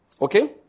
Okay